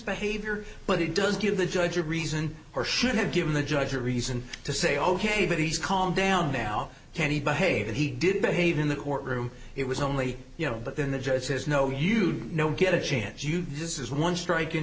behavior but it does give the judge a reason or should have given the judge a reason to say ok but he's calmed down now can he behave and he did behave in the courtroom it was only you know but then the judge says no you know get a chance you this is one strike